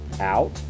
out